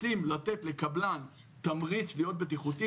רוצים לתת לקבלן להיות בטיחותי,